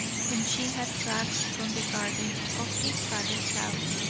whom she had tracked from the garden of his father's house,